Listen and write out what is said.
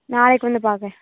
நாளைக்கு வந்து பார்க்குறேன்